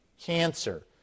cancer